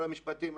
כל המשפטים,